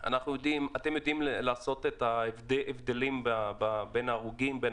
אתם יודעים לעשות את ההבדלים בין ההרוגים ובין